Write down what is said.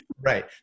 Right